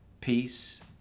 peace